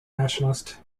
nationalist